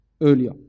earlier